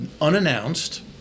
unannounced